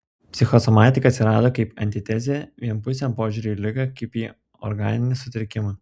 psichosomatika atsirado kaip antitezė vienpusiam požiūriui į ligą kaip į organinį sutrikimą